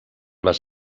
les